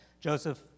Joseph